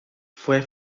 fue